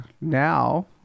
now